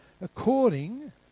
according